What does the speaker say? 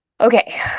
Okay